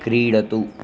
क्रीडतु